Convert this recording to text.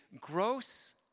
gross